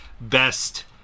best